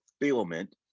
fulfillment